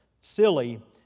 silly